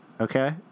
okay